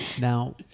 Now